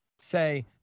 say